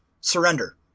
Surrender